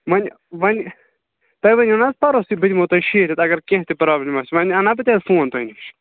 وَنہِ وَنہِ تۄہہِ ؤنِو نَہ حظ پَرُس تہِ بہٕ دِمو تۄہہِ شیٖرِتھ اگر کیٚنٛہہ تہِ پرٛابلِم آسہِ وَنہِ اَنا بہٕ تیٚلہِ فون تۄہہِ نِش